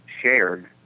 shared